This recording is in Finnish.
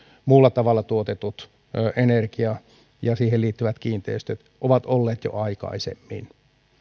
muulla tavalla tuotetut energiat ja niihin liittyvät kiinteistöt ovat olleet jo aikaisemmin